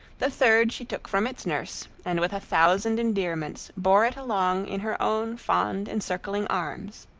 the third she took from its nurse and with a thousand endearments bore it along in her own fond, encircling arms.